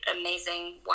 amazing